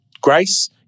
grace